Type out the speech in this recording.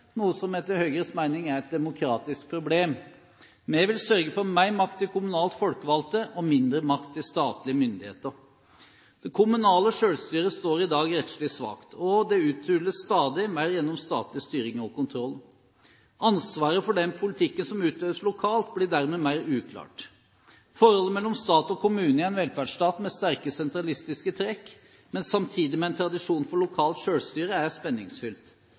noe som etter Høyres mening er et demokratisk problem. Vi vil sørge for mer makt til kommunalt folkevalgte og mindre makt til statlige myndigheter. Det kommunale selvstyret står i dag rettslig svakt, og det uthules stadig mer gjennom statlig styring og kontroll. Ansvaret for den politikken som utøves lokalt, blir dermed mer uklart. Forholdet mellom stat og kommune i en velferdsstat med sterke sentralistiske trekk, men samtidig med en tradisjon for lokalt selvstyre, er spenningsfylt.